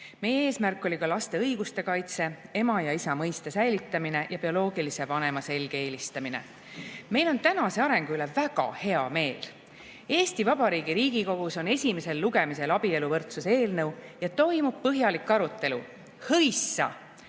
Meie eesmärk oli ka laste õiguste kaitse, ema ja isa mõiste säilitamine ja bioloogilise vanema selge eelistamine. Meil on tänase arengu üle väga hea meel. Eesti Vabariigi Riigikogus on esimesel lugemisel abieluvõrdsuse eelnõu ja toimub põhjalik arutelu. Hõissa!